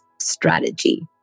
strategy